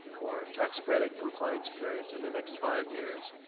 or tax credit compliance periods in the next five years.